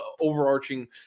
overarching